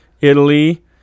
Italy